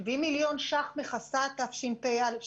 70 מיליון שקלים מכסים את תשפ"א.